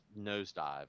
nosedive